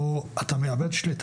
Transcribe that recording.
הרבה הרבה מעבר לחלקם באוכלוסיה.